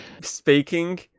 speaking